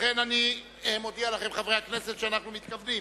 לכן, חברי הכנסת, אני מודיע לכם שאנחנו מתכוונים